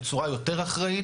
תודה.